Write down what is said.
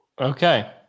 Okay